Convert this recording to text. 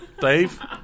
Dave